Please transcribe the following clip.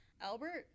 Albert